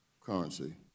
currency